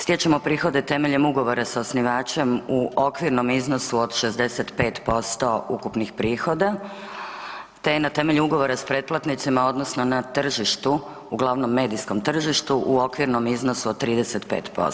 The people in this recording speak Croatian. Stječemo prihode temeljem ugovora sa osnivačem u okvirnom iznosu od 65% ukupnih prihoda te na temelju ugovora sa pretplatnicima odnosno na tržištu, uglavnom medijskom tržištu, u okvirom iznosu od 35%